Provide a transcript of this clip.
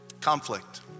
Conflict